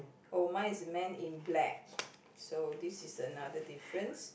oh mine is man in black so this is another difference